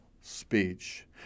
speech